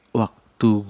waktu